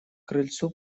крыльцу